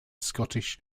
scottish